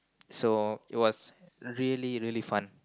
so it was really really fun